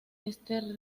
este